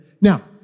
Now